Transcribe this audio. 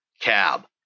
cab